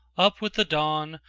up with the dawn,